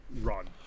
run